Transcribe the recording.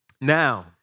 Now